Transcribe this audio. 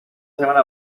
semana